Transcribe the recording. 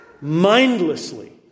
mindlessly